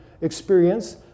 experience